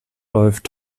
läuft